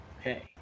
okay